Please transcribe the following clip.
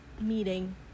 meeting